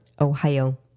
Ohio